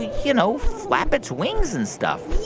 you know, flap its wings and stuff